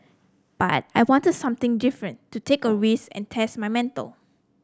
but I wanted something different to take a risk and test my mettle